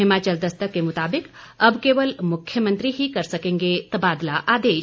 हिमाचल दस्तक के मुताबिक अब केवल मुख्यमंत्री ही कर सकेंगे तबादला आदेश